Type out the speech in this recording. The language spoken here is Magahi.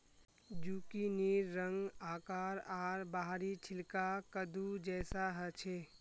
जुकिनीर रंग, आकार आर बाहरी छिलका कद्दू जैसा ह छे